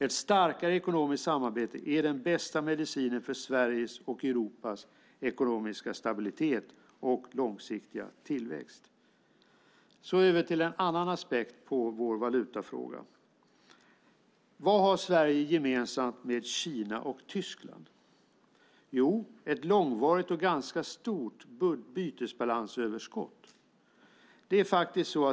Ett starkare ekonomiskt samarbete är den bästa medicinen för Sveriges och Europas ekonomiska stabilitet och långsiktiga tillväxt. Så går jag över på en annan aspekt på vår valutafråga. Vad har Sverige gemensamt med Kina och Tyskland? Jo, ett långsvarigt och ganska stort bytesbalansöverskott.